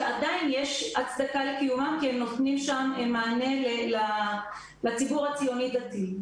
שעדיין יש הצדקה לקיומם כי הם נותנים שם מענה לציבור הציוני-דתי.